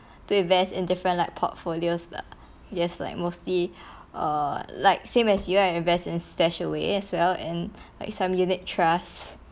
to invest in different like portfolios lah yes like mostly err like same as you I invest in StashAway as well and like some unit trust